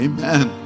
Amen